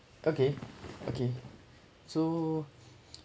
okay okay so